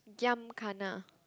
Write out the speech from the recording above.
giam kana